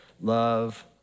love